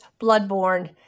bloodborne